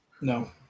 No